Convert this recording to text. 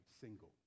single